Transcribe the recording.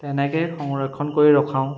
তেনেকৈ সংৰক্ষণ কৰি ৰখাওঁ